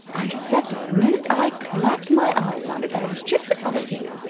i said the minute i clapped my eyes on it that it was just the color for you,